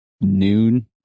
noon